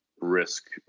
risk